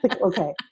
Okay